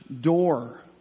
door